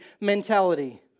mentality